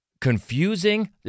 confusing